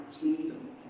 kingdom